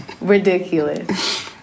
ridiculous